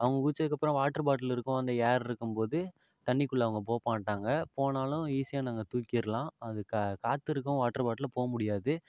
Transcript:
அவங்க குதிச்சதுக்கு அப்புறம் வாட்ரு பாட்லு இருக்கும் அந்த ஏர் இருக்கும் போது தண்ணிக்குள்ள அவங்க போகமாட்டாங்க போனாலும் ஈஸியாக நாங்கள் தூக்கிருலாம் அது கா காற்று இருக்கும் வாட்ரு பாட்டிலில் போக முடியாது